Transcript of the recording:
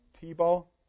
t-ball